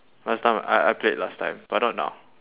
last time I I played last time but not now